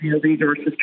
resources